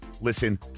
listen